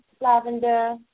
Lavender